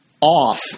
off